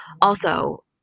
Also-